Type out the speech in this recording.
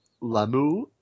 Lamu